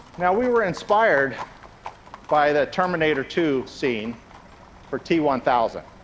now, we were inspired by the terminator two scene for t one thousand,